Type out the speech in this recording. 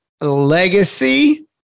legacy